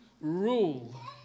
rule